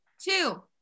Two